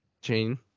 Jane